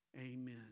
amen